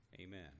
amen